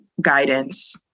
guidance